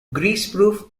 greaseproof